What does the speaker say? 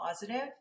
positive